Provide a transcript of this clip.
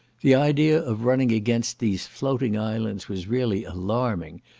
the idea of running against these floating islands was really alarming,